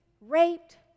raped